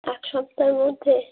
এক সপ্তাহর মধ্যে